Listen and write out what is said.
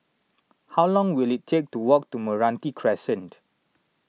how long will it take to walk to Meranti Crescent